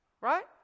Right